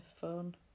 phone